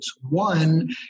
One